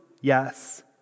Yes